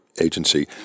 agency